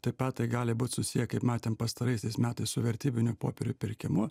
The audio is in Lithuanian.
taip pat tai gali būt susiję kaip matėm pastaraisiais metais su vertybinių popierių pirkimu